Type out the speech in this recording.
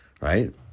right